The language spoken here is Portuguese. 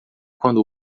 quando